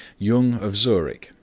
jung of zurich,